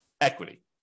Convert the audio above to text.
equity